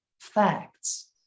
facts